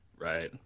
Right